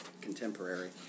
contemporary